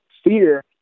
Fear